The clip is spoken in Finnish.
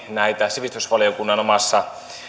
sivistysvaliokunnan omassa